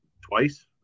twice